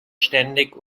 ständig